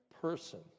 person